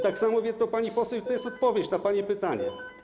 Tak samo wie to pani poseł i to jest odpowiedź na pani pytanie.